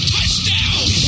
Touchdown